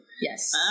Yes